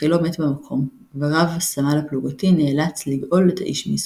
וכי לא מת במקום ורב הסמל הפלוגתי נאלץ "לגאול את האיש מייסוריו".